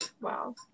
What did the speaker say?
Wow